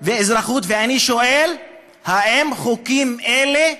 ואני שואל: האם חוקים אלה,